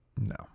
No